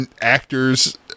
actors